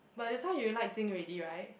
but the time you like Zinc already right